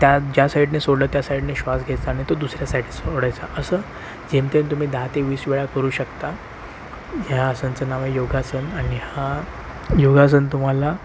त्या ज्या साईडने सोडलं त्या साईडने श्वास घ्यायचा आणि तो दुसऱ्या साईडने सोडायचा असं जेमतेम तुम्ही दहा ते वीस वेळा करू शकता ह्या आसनाचं नाव आहे योगासन आणि हा योगासन तुम्हाला